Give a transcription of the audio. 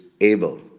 able